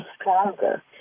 stronger